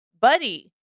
Buddy